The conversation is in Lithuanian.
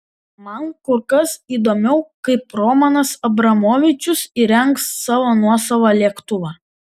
man kur kas įdomiau kaip romanas abramovičius įrengs savo nuosavą lėktuvą